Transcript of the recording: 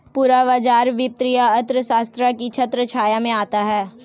पूरा बाजार वित्तीय अर्थशास्त्र की छत्रछाया में आता है